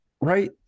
Right